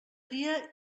dia